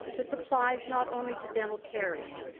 the supply is not only to dental carries,